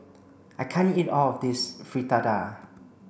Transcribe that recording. I can't eat all of this Fritada